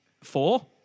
four